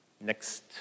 Next